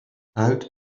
out